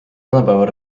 tänapäeval